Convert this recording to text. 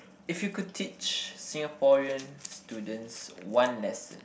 if you could teach Singaporean students one lesson